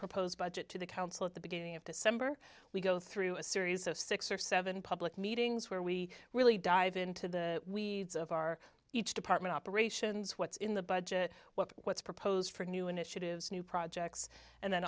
proposed budget to the council at the beginning of december we go through a series of six or seven public meetings where we really dive into the weeds of our each department operations what's in the budget what what's proposed for new initiatives new projects and